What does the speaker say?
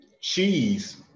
cheese